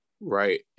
right